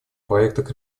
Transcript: проектах